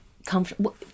comfortable